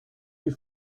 you